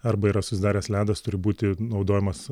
arba yra susidaręs ledas turi būti naudojamas